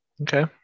Okay